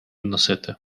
носити